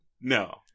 No